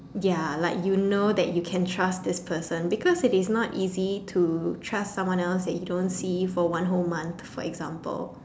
ya like you know that you can trust this person because it is not easy to trust someone else that you don't see for one whole month for example